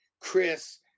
Chris